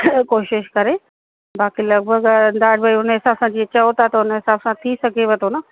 कोशिशि करे बाक़ी लॻिभॻि अंदाज़ु भई हुन हिसाब सां जीअं चओ था त हुन हिसाब सां थी सघेव थो न